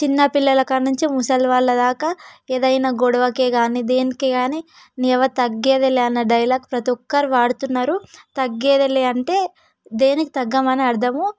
చిన్నపిల్లల కాడ నుంచి ముసలి వాళ్ళ దాకా ఏదైనా గొడవకే కాని దేనికి కాని నీ యవ్వ తగ్గేదేలే అనే డైలాగ్ ప్రతి ఒక్కరు వాడుతున్నారు తగ్గేదేలే అంటే దేనికి తగ్గమని అర్థము